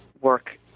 work